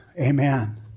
Amen